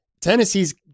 Tennessee's